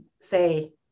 say